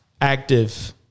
active